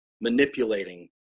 manipulating